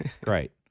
Great